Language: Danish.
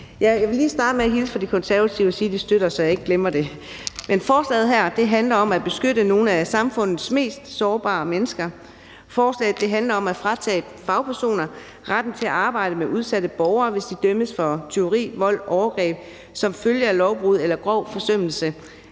Jeg vil lige starte med at hilse fra De Konservative og sige, at de støtter forslaget, så jeg ikke glemmer det. Forslaget her handler om at beskytte nogle af samfundets mest sårbare mennesker. Forslaget handler om at fratage fagpersoner retten til at arbejde med udsatte borgere, hvis de dømmes for tyveri, vold eller overgreb som følge af lovbrud eller grov forsømmelse